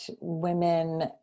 women